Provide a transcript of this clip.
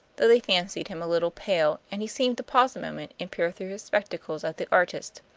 though they fancied him a little pale, and he seemed to pause a moment and peer through his spectacles at the artist.